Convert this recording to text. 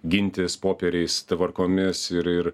gintis popieriais tvarkomis ir ir